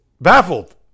baffled